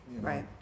Right